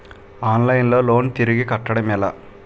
Online లో loan తిరిగి కట్టడం ఎలా?